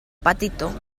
patito